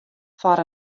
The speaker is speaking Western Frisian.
foar